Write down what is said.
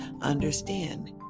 understand